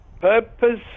purpose